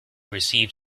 received